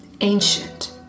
ancient